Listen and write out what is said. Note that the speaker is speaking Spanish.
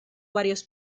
varios